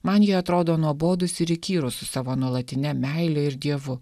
man jie atrodo nuobodūs ir įkyrūs su savo nuolatine meile ir dievu